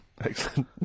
Excellent